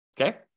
Okay